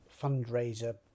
fundraiser